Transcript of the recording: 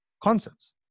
concerts